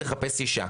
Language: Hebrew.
תחפש אישה,